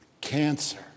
cancer